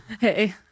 Hey